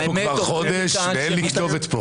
אני יושב כאן חודש ואין לי כאן כתובת.